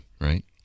right